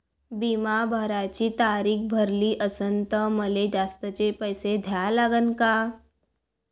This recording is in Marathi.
बिमा भराची तारीख भरली असनं त मले जास्तचे पैसे द्या लागन का?